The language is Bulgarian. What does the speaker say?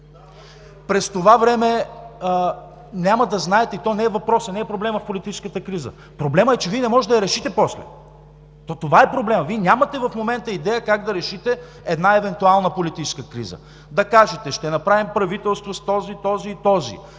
през това време няма да знаят, и то не е въпросът, не е проблемът в политическата криза. Проблемът е, че Вие не може да я решите после, то това е проблемът. Вие нямате в момента идея как да решите една евентуална политическа криза, да кажете: „Ще направим правителство с този, този и този,